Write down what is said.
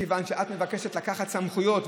מכיוון שאת מבקשת לקחת סמכויות,